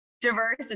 diverse